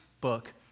book